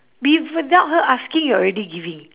be if without her asking you're already giving